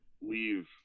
leave